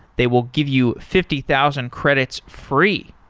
they will give you fifty thousand credits free,